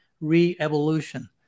re-evolution